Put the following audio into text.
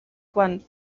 quan